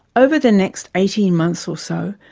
over the next eighteen months or so,